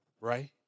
right